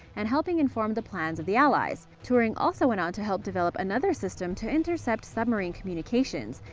and helping inform the plans of the allies. turing also went on to help develop another system to intercept submarine communications,